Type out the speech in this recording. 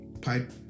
pipe